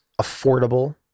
affordable